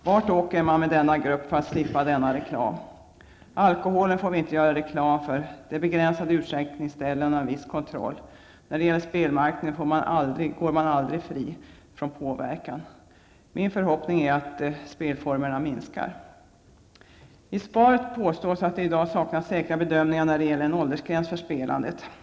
Vart åker man med denna grupp för att slippa reklamen? Alkoholen får vi inte göra reklam för -- när det gäller den förekommer det begränsade utskänkningsställen och viss kontroll. När det gäller spelmarknaden går man aldrig fri från påverkan. Min förhoppning är att antalet spelformer minskar. I svaret påstås att det i dag saknas säkra bedömningar när det gäller en åldersgräns för spelandet.